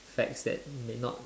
facts that may not